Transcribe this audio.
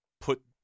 put